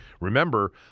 Remember